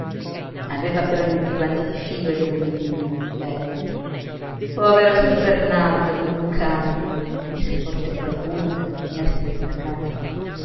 aveva però i mezzi guanti di filo e l'ombrellino lei povero sor bernardo come un cane disse forte qualcuno dalla finestra d'una casa